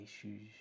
issues